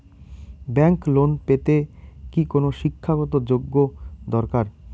Bank loan পেতে কি কোনো শিক্ষা গত যোগ্য দরকার?